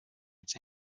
its